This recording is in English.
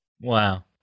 Wow